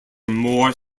more